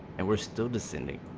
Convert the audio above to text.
and we're still listening